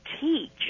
teach